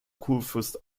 kurfürst